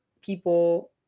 people